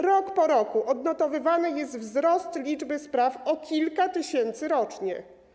Rok po roku odnotowywany jest wzrost liczby spraw o kilka tysięcy rocznie.